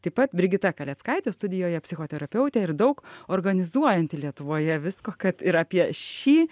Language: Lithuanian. taip pat brigita kaleckaitė studijoje psichoterapeutė ir daug organizuojanti lietuvoje visko kad ir apie šį